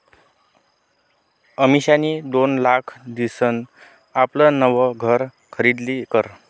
अमिषानी दोन लाख दिसन आपलं नवं घर खरीदी करं